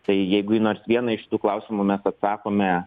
tai jeigu į nors vieną iš šitų klausimų mes atsakome